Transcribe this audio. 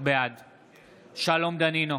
בעד שלום דנינו,